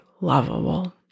lovable